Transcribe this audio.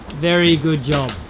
very good job.